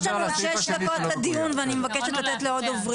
יש לנו שש דקות לדיון ואני מבקשת לתת לעוד דוברים.